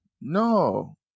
No